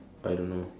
I don't know